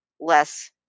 less